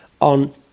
on